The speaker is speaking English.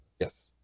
yes